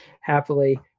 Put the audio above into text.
happily